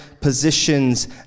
positions